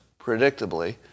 predictably